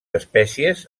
espècies